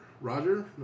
Roger